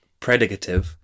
predicative